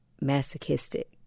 masochistic